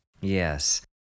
Yes